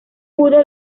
pudo